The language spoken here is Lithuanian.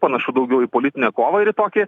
panašu daugiau į politinę kovą ir į tokį